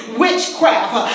witchcraft